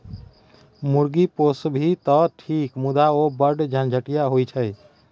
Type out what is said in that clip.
मुर्गी पोसभी तँ ठीक मुदा ओ बढ़ झंझटिया होए छै